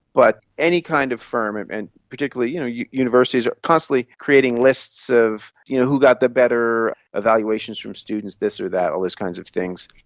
but any kind of firm, and particularly you know universities are constantly creating lists of you know who got the better evaluations from students, this or that, all those kind of things.